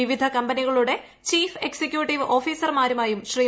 വിവിധ കമ്പനികളുടെ chief executive ഓഫീസർമാരുമായും ശ്രീ